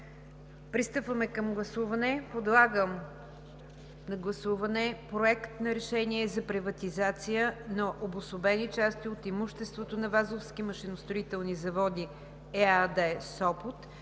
процедура по прегласуване. Подлагам на гласуване отново Проект на решение за приватизация на обособени части от имуществото на „Вазовски машиностроителни заводи“ ЕАД –